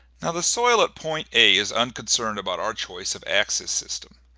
now the soil at point a is unconcerned about our choice of axis system.